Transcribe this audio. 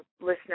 listener